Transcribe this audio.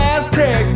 Aztec